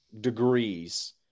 degrees